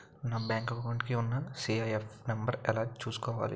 నా bank account కి ఉన్న సి.ఐ.ఎఫ్ నంబర్ ఎలా చూసుకోవాలి?